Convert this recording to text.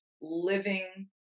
living